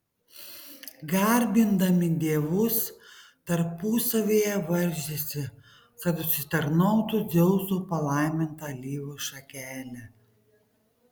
garbindami dievus tarpusavyje varžėsi kad užsitarnautų dzeuso palaimintą alyvos šakelę